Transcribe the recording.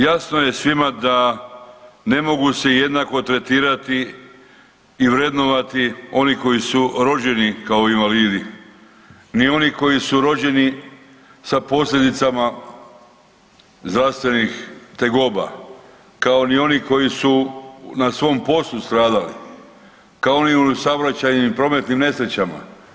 Jasno je svima da ne mogu se jednako tretirati i vrednovati oni koji su rođeni kao invalidi, ni oni koji su rođeni sa posljedicama zdravstvenih tegoba, kao ni oni koji su na svom poslu stradali, kao oni u saobraćajnim i prometnim nesrećama.